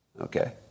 Okay